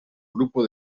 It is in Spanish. grupo